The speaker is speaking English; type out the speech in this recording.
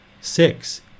six